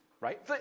Right